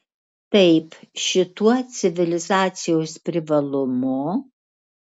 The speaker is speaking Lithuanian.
taip šituo civilizacijos privalumu